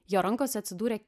jo rankose atsidūrė